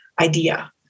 idea